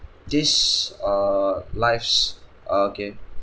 this err lives okay